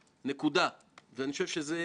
ואלה הדברים.